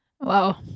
Wow